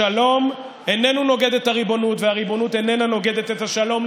השלום איננו נוגד את הריבונות והריבונות איננה נוגדת את השלום.